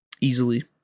Easily